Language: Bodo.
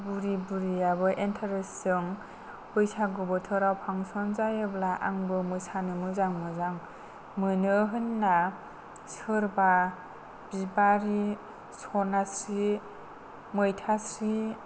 बुरि बुराबो इन्टारेस्टजों बैसागु बोथोराव फांक्सन जायोब्ला आंबो मोसानो मोजां मोजां मोनो होनना सोरबा बिबारि सनास्रि मैथास्रि